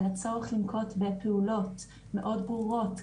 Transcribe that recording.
על הצורך לנקוט בפעולות מאוד ברורות,